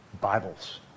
Bibles